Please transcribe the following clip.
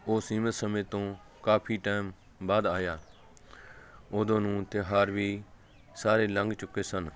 ਉਹ ਸੀਮਿਤ ਸਮੇਂ ਤੋਂ ਕਾਫੀ ਟਾਈਮ ਬਾਅਦ ਆਇਆ ਉਦੋਂ ਨੂੰ ਤਿਉਹਾਰ ਵੀ ਸਾਰੇ ਲੰਘ ਚੁੱਕੇ ਸਨ